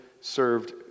served